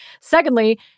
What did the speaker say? Secondly